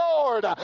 Lord